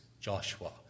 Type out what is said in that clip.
Joshua